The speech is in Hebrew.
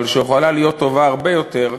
אבל שיכולה להיות טובה הרבה יותר,